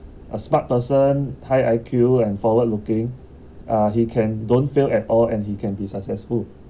high I_Q and forward looking uh he can don't fail at all and he can be successful